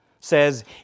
says